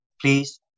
please